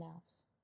else